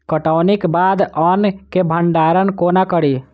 कटौनीक बाद अन्न केँ भंडारण कोना करी?